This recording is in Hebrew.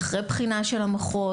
אחרי בחינה של המחוז,